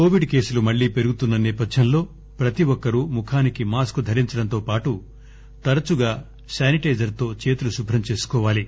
Covid కేసులు మళ్లీ పెరుగుతున్న సేపథ్యంలో ప్రతి ఒక్కరూ ముఖానికి మాస్క్ ధరించడంతో పాటు తరచుగా శానిటైజర్ తో చేతులు శుభ్రం చేసుకోవాలి